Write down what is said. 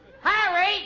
Harry